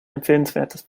empfehlenswertes